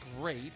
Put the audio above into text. great